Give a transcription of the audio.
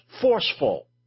forceful